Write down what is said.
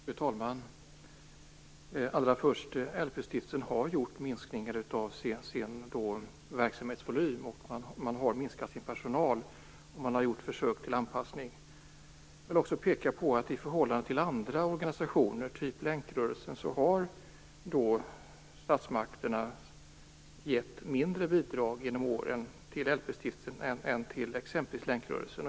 Fru talman! Allra först: LP-stiftelsen har minskat sin verksamhetsvolym och man har minskat sin personal och gjort försök till anpassning. I förhållande till andra organisationer typ länkrörelsen har statsmakterna genom åren gett mindre bidrag till LP stiftelsen än till länkrörelsen.